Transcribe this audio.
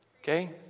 Okay